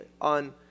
on